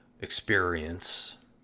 experience